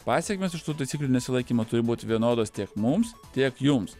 pasekmės už tų taisyklių nesilaikymą turi būt vienodos tiek mums tiek jums